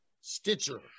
Stitcher